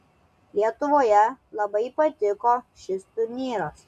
lietuvoje labai patiko šis turnyras